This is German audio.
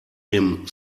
dem